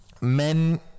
Men